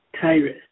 Tyrus